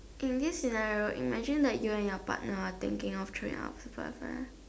in this scenario imagine that you and your partner are thinking of throwing out a food funfair